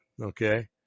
Okay